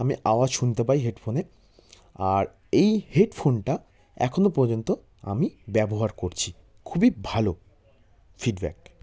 আমি আওয়াজ শুনতে পাই হেডফোনে আর এই হেডফোনটা এখনও পর্যন্ত আমি ব্যবহার করছি খুবই ভালো ফিডব্যাক